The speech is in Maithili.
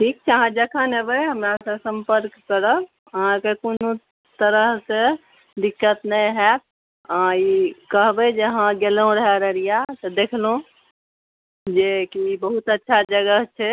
ठीक छै अहाँ जखन अयबै हमरा सऽ सम्पर्क करब अहाँके कोनो तरह कए दिक्कत नहि होएत अहाँ ई कहबै जे अहाँ गेलहुॅं रहए अररिया तऽ देखलहुॅं जे की बहुत अच्छा जगह छै